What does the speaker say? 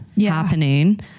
happening